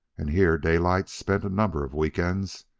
and here daylight spent a number of weekends,